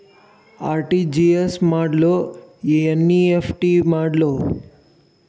RTGS ಮಾಡ್ಲೊ NEFT ಮಾಡ್ಲೊ?